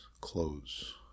close